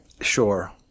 Sure